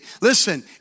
Listen